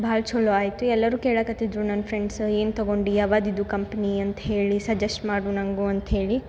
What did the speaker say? ಭಾಳ್ ಚಲೋ ಆಯಿತ್ರಿ ಎಲ್ಲರು ಕೇಳಾಕತ್ತಿದ್ರು ನನ್ನ ಫ್ರೆಂಡ್ಸು ಏನು ತೊಗೊಂಡಿ ಯಾವುದಿದು ಕಂಪ್ನಿ ಅಂತೇಳಿ ಸಜೆಸ್ಟ್ ಮಾಡು ನಂಗು ಅಂತ ಹೇಳಿ